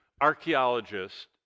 archaeologists